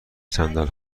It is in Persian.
صندل